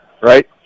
Right